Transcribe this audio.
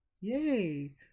Yay